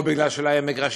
או כי לא היו מגרשים,